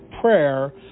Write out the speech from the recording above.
prayer